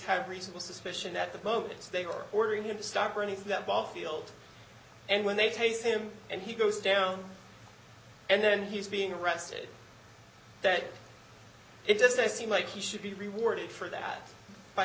have reasonable suspicion that the moment they are ordering him to stop or anything that barfield and when they taste him and he goes down and then he's being arrested that it doesn't seem like he should be rewarded for that by